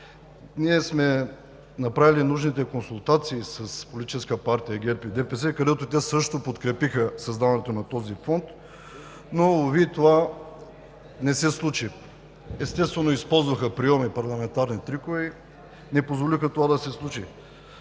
бюджет. Направили сме нужните консултации с Политическа партия ГЕРБ и ДПС, където те също подкрепиха създаването на този фонд, но уви – това не се случи. Естествено, използваха приоми, парламентарни трикове и не позволиха това да се случи.